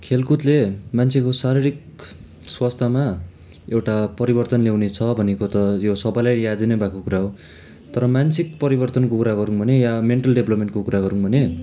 खेलकुदले मान्छेको शारीरिक स्वास्थ्यमा एउटा परिवर्तन ल्याउने छ भनेको त यो सबैलाई यादै नै भएको कुरा हो तर मानसिक परिवर्तनको कुरा गरौँ भने या मेन्टल डेभलपमेन्टको कुरा गरौँ भने